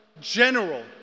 general